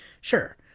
Sure